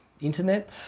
internet